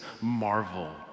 marvel